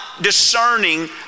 discerning